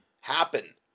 happen